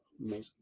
amazing